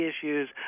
issues